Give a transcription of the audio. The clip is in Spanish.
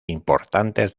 importantes